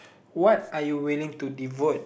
what are you willing to devote